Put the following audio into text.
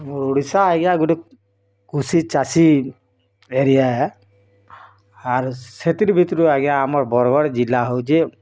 ଆମର୍ ଓଡ଼ିଶା ଆଜ୍ଞା ଗୁଟେ କୃଷି ଚାଷୀ ଏରିଆ ହେ ଆରୁ ସେଥିର୍ ଭିତରୁ ଆଜ୍ଞା ଆମ ବରଗଡ଼୍ ଜିଲ୍ଲା ହଉଛେ